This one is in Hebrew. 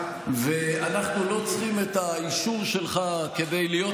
ואנחנו לא צריכים את האישור שלך כדי להיות